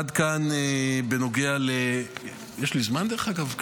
עד כאן בנוגע יש לי זמן, דרך אגב?